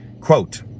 Quote